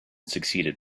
succeeded